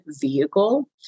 vehicle